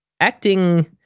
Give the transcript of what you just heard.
acting